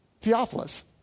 Theophilus